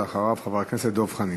אחריו, חבר הכנסת דב חנין.